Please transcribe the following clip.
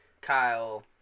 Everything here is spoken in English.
Kyle